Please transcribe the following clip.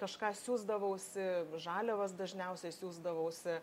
kažką siųsdavausi žaliavas dažniausiai siųsdavausi